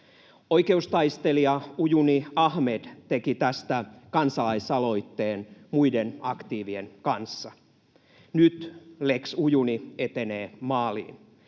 Oikeustaistelija Ujuni Ahmed teki tästä kansalaisaloitteen muiden aktiivien kanssa. Nyt Lex Ujuni etenee maaliin.